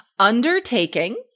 Undertaking